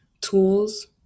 tools